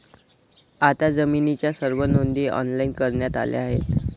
आता जमिनीच्या सर्व नोंदी ऑनलाइन करण्यात आल्या आहेत